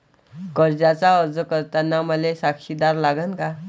कर्जाचा अर्ज करताना मले साक्षीदार लागन का?